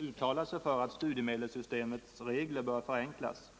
uttalat sig för att studiemedelssystemets regler bör förenklas.